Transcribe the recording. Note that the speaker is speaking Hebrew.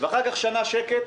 ואחר כך שנה שקט,